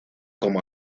como